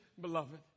beloved